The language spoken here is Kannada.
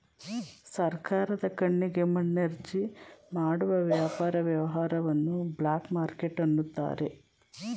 ಸರ್ಕಾರದ ಕಣ್ಣಿಗೆ ಮಣ್ಣೆರಚಿ ಮಾಡುವ ವ್ಯಾಪಾರ ವ್ಯವಹಾರವನ್ನು ಬ್ಲಾಕ್ ಮಾರ್ಕೆಟ್ ಅನ್ನುತಾರೆ